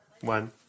one